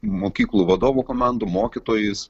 mokyklų vadovų komandų mokytojais